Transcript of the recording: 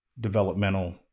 developmental